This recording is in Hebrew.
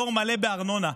פטור מלא בארנונה.